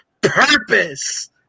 purpose